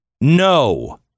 no